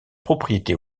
propriétés